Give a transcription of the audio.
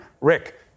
Rick